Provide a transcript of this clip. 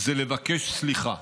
זה לבקש סליחה,